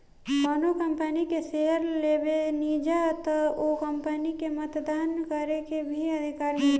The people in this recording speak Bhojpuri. कौनो कंपनी के शेयर लेबेनिजा त ओ कंपनी में मतदान करे के भी अधिकार मिलेला